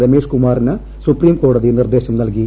രമേഷ് കുമാറിന് സുപ്രീം കോടതി നിർദേശം നൽകി